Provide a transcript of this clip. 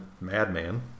madman